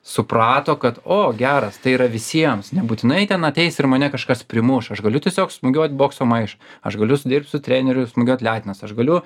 suprato kad o geras tai yra visiems nebūtinai ten ateis ir mane kažkas primuš aš galiu tiesiog smūgiuot bokso maišą aš galiu su dirbt su treneriu smūgiuot letenas aš galiu